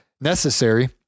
necessary